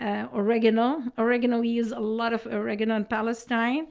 ah oregano oregano we use a lot of oregano in palestine.